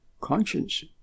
Conscience